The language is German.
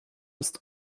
ist